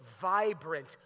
vibrant